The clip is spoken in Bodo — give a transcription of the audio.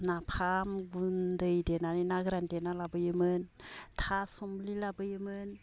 नाफाम गुन्दै देनानै ना गोरान देना लाबोयोमोन थासुमलि लाबोयोमोन